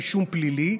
רישום פלילי.